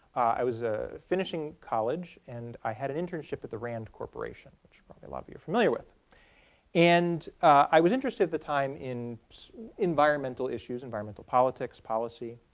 i was ah finishing college and i had an internship at the rand corporation which probably a lot of you are familiar with and i was interested at the time in environmental issues, environmental politics and policy.